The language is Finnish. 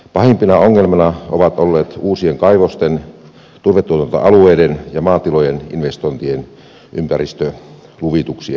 pahimpina ongelmina ovat olleet uusien kaivosten turvetuotantoalueiden ja maatilojen investointien ympäristöluvituksien hitaudet